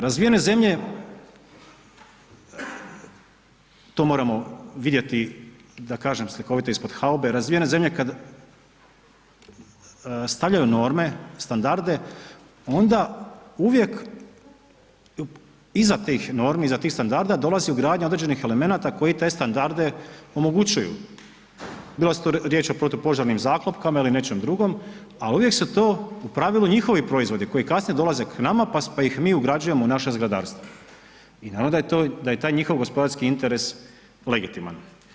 Razvijene zemlje, to moramo vidjeti da kažem slikovito ispod haube, razvijene zemlje kad stavljaju norme, standarde onda uvijek iza tih normi, iza tih standarda dolazi ugradnja određenih elemenata koji te standarde omogućuju, bilo da su to riječ o protupožarnim zaklopkama ili nečem drugom, al uvijek su to u pravilu njihovi proizvodi koji kasnije dolaze k nama, pa ih mi ugrađujemo u naše zgradarstvo i naravno da je to, da je taj njihov gospodarski interes legitiman.